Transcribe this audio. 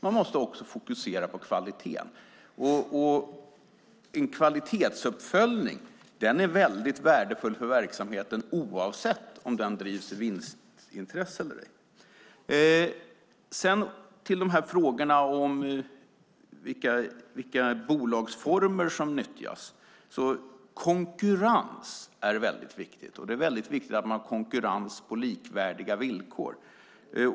Man måste också fokusera på kvaliteten. En kvalitetsuppföljning är värdefull för verksamheten oavsett om den drivs av vinstintresse eller inte. När det gäller olika bolagsformer vill jag säga att konkurrens är viktig. Det är viktigt att man har konkurrens på likvärdiga villkor.